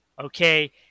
okay